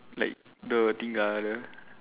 like the thing ah the